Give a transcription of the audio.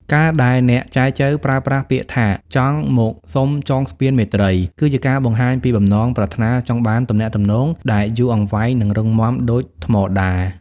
ការដែលអ្នកចែចូវប្រើប្រាស់ពាក្យថា "ចង់មកសុំចងស្ពានមេត្រី" គឺជាការបង្ហាញពីបំណងប្រាថ្នាចង់បានទំនាក់ទំនងដែលយូរអង្វែង និងរឹងមាំដូចថ្មដា។